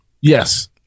Yes